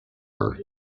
her